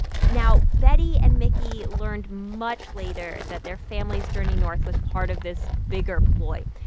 now, betty and mickey learned much later that their family's journey north was part of this bigger ploy.